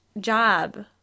job